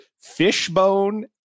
fishbone